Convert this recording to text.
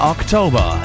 October